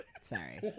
sorry